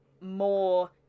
more